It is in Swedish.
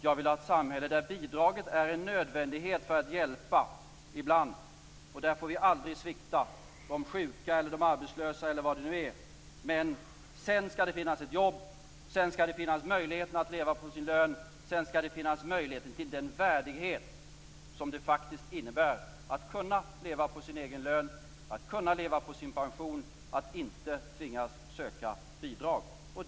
Jag vill ha ett samhälle där bidraget är en nödvändighet ibland för att hjälpa. Vi får aldrig svikta när det gäller de sjuka, de arbetslösa eller vilka det nu är, men sedan skall det finnas ett jobb. Sedan skall möjligheten att leva på sin lön finnas. Det skall finnas möjlighet till den värdighet som det faktiskt innebär att kunna leva på sin egen lön, att kunna leva på sin pension, att inte tvingas söka bidrag.